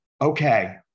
okay